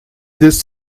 this